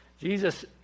Jesus